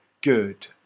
good